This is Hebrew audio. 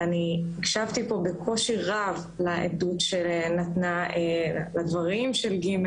ואני הקשבתי פה בקושי רב לעדות שנתנה ג',